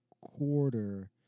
quarter